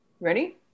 Ready